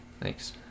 Thanks